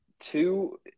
two